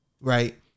right